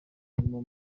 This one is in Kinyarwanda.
nyuma